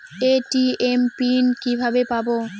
ATM PIN কিভাবে পাবো?